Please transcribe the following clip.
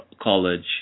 college